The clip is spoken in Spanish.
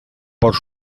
por